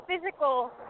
physical